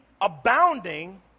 abounding